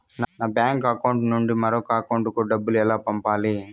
నా bank account నుండి మరొకరి అకౌంట్ కు డబ్బులు ఎలా పంపాలి